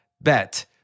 bet